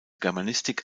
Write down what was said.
germanistik